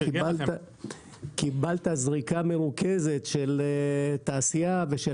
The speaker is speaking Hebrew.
אתה קיבלת זריקה מרוכזת של תעשייה ושל